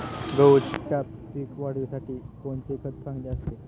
गहूच्या पीक वाढीसाठी कोणते खत चांगले असते?